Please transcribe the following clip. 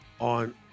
on